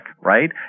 Right